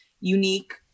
unique